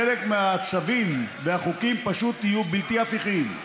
חלק מהצווים והחוקים פשוט יהיו בלתי הפיכים,